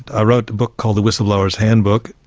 i wrote the book called the whistleblowers handbook,